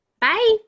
Bye